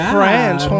French